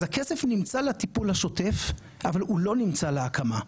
אז הכסף נמצא לטיפול השוטף אבל הוא לא נמצא להקמה.